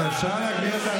מסיתים,